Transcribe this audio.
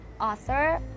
author